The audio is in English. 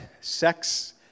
sex